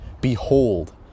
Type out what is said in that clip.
Behold